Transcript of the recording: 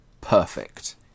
perfect